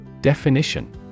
Definition